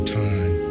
time